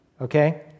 okay